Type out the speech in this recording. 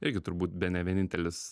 irgi turbūt bene vienintelis